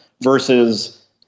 versus